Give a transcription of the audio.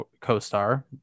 co-star